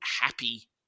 Happy